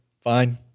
fine